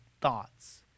thoughts